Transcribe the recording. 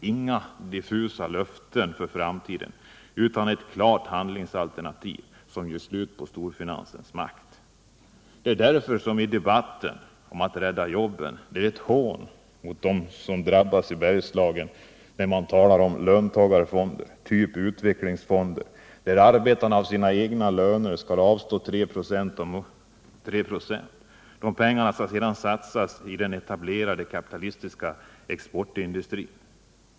Inga diffusa löften för framtiden utan ett klart handlingsalternativ som gör slut på storfinansens makt. Därför är det ett hån mot dem som drabbas i Bergslagen när det i debatten om att rädda jobben talas om löntagarfonder, typ utvecklingsfonder, till vilka arbetarna av sina löner skall avstå 3 96. Dessa pengar skall sedan satsas i den etablerade kapitalistiska exportindustrin.